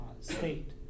state